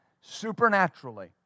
supernaturally